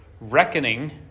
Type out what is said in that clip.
reckoning